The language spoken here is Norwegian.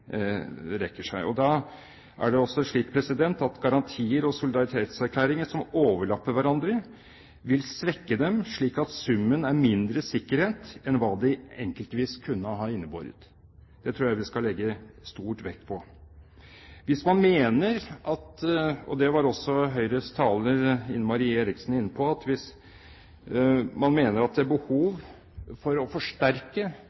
seg. Da er det også slik at garantier og solidaritetserklæringer som overlapper hverandre, vil svekke dem, slik at summen er mindre sikkerhet enn hva de enkeltvis kunne ha innebåret. Det tror jeg vi skal legge stor vekt på. Hvis man mener, og det var også Høyres taler Ine M. Eriksen Søreide inne på, at det er behov for å forsterke det